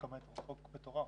זה חוק מטורף.